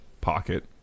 pocket